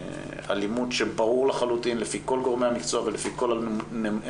באלימות שברור לחלוטין לפי כל גורמי המקצוע ולפי כל הנתונים